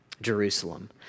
Jerusalem